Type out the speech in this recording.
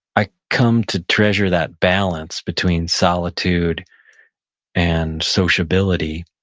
i come to treasure that balance between solitude and sociability.